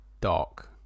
dark